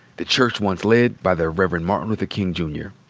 the church one led by the reverend martin luther king, jr.